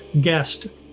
guest